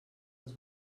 els